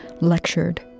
lectured